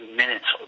minutes